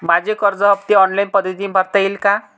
माझे कर्ज हफ्ते ऑनलाईन पद्धतीने भरता येतील का?